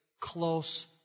close